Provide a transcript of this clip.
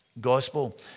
gospel